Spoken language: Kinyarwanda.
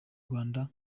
rwanda